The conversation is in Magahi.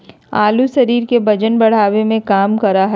आलू शरीर के वजन बढ़ावे के काम करा हइ